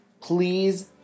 please